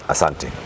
Asante